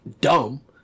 dumb